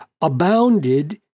abounded